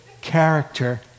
character